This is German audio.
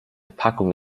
packung